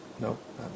Nope